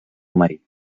marit